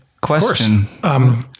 question